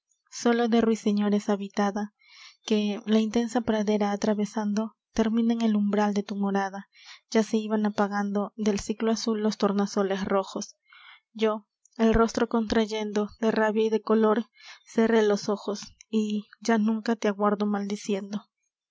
sólo de ruiseñores habitada que la intensa pradera atravesando termina en el umbral de tu morada ya se iban apagando del ciclo azul los tornasoles rojos yo el rostro contrayendo de rabia y de dolor cerré los ojos y ya nunca te aguardo maldiciendo el